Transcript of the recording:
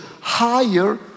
higher